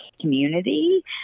community